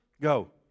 Go